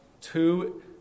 two